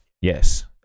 yes